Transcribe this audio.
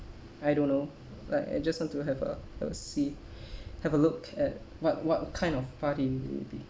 I don't know like I just want to have a uh see have a look at what what kind of party it will be